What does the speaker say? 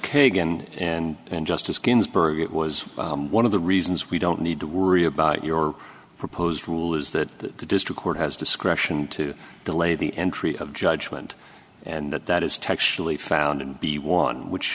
kagan and and justice ginsburg it was one of the reasons we don't need to worry about your proposed rule is that the district court has discretion to delay the entry of judgment and that that is textually found in the one which